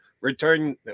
return